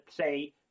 say